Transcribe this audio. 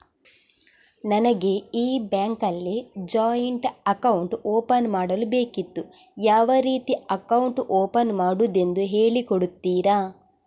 ನನಗೆ ಈ ಬ್ಯಾಂಕ್ ಅಲ್ಲಿ ಜಾಯಿಂಟ್ ಅಕೌಂಟ್ ಓಪನ್ ಮಾಡಲು ಬೇಕಿತ್ತು, ಯಾವ ರೀತಿ ಅಕೌಂಟ್ ಓಪನ್ ಮಾಡುದೆಂದು ಹೇಳಿ ಕೊಡುತ್ತೀರಾ?